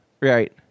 Right